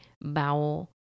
bowel